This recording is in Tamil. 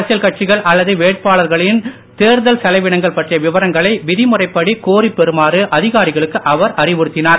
அரசியல் கட்சிகள் அல்லது வேட்பாளர்களின் தேர்தல் செலவினங்கள் பற்றிய விவரங்களை விதிமுறைப்படி கோரிப் பெறுமாறு அதிகாரிகளுக்கு அவர் அறிவுறுத்தினார்